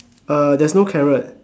uh there's no carrot